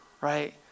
right